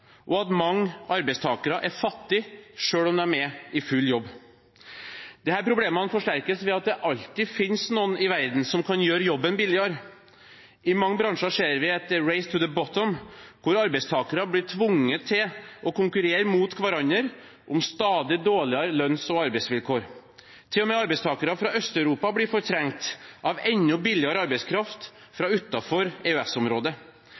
og at mange arbeidstakere er fattige selv om de er i full jobb. Disse problemene forsterkes ved at det alltid fins noen i verden som kan gjøre jobben billigere. I mange bransjer ser vi et «race to the bottom», hvor arbeidstakere blir tvunget til å konkurrere med hverandre om stadig dårligere lønns- og arbeidsvilkår. Til og med arbeidstakere fra Øst-Europa blir fortrengt av enda billigere arbeidskraft